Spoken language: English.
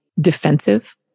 defensive